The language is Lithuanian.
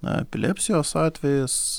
epilepsijos atvejis